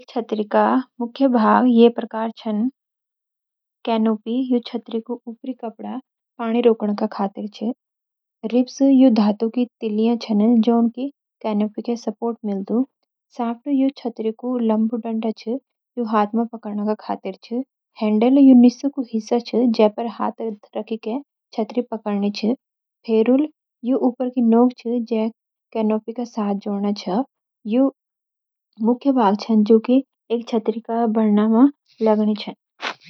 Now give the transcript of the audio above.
एक छतरी का मुख्य भाग ये प्रकार छन: कैनोपी – यू छतरी को ऊपरी कपड़ा, पानी रोकणा का खातिर छ। रिब्स – यू धातु की तीलियां छन, जोन कैनोपी के सपोर्ट मिलदु। शाफ्ट – यू छतरी कु लंबा डंडा छ, जु हाथ में पकड़णा का खातिर छ। हैंडल – यू नीस कु हिस्सा छ, जे पर हाथ रखके छतरी पकड़नी छ। फेरूल – यू ऊपर की नोक छ, जे कैनोपी का साथ जोड़णा छ। यू मुख्य भाग छन, जु की एक छतरी का बनाणा मा लागनी छन।